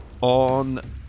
on